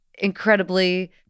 incredibly